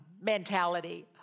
mentality